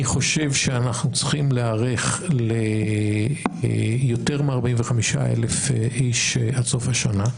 אני חושב שאנחנו צריכים להיערך ליותר מ-45,000 איש עד סוף השנה,